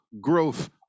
growth